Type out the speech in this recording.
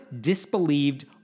disbelieved